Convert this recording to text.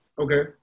Okay